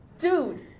dude